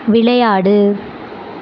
விளையாடு